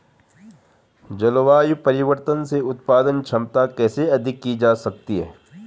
जलवायु परिवर्तन से उत्पादन क्षमता कैसे अधिक की जा सकती है?